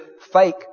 fake